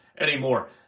anymore